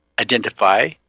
identify